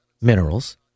minerals